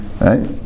right